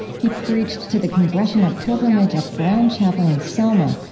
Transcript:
he preached to the congressional pilgrimage at brown chapel in selma,